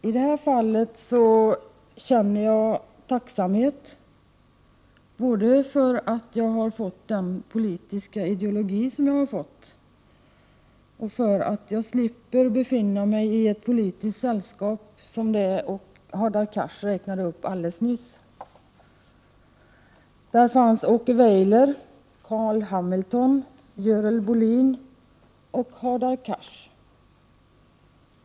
I det här fallet känner jag tacksamhet både för att jag har fått den politiska ideologi som jag har fått och för att jag slipper befinna mig i ett politiskt sällskap som det Hadar Cars räknade upp alldeles nyss. Där fanns Åke Weyler, Carl Hamilton, Görel Bohlin och Hadar Cars själv.